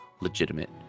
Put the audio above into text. legitimate